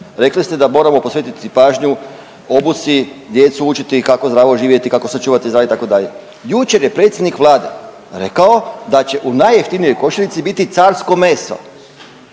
Rekli ste da moramo posvetiti pažnju obuci, djecu učiti kako zdravo živjeti, kako sačuvati zdravlje, itd. Jučer je predsjednik Vlade rekao da će u najjeftinijoj košarici biti carsko meso,